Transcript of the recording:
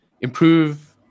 improve